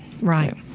Right